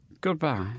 goodbye